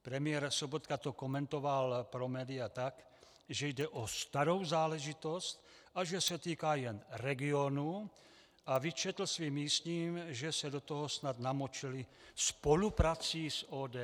Premiér Sobotka to komentoval pro média tak, že jde o starou záležitost a že se týká jen regionů, a vyčetl svým místním, že se do toho snad namočili spoluprací s ODS.